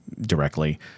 directly